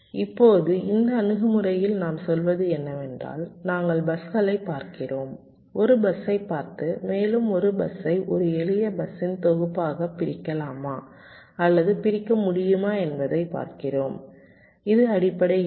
இப்போது இந்த அணுகுமுறையில் நாம் சொல்வது என்னவென்றால் நாங்கள் பஸ்களைப் பார்க்கிறோம் ஒரு பஸ்ஸை பார்த்து மேலும் ஒரு பஸ்ஸை ஒரு எளிய பஸ்ஸின் தொகுப்பாகப் பிரிக்கலாமா அல்லது பிரிக்க முடியுமா என்பதைப் பார்க்கிறோம் இது அடிப்படை யோசனை